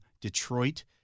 Detroit